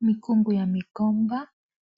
Mikungu ya migomba